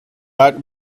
art